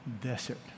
desert